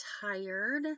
tired